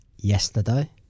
yesterday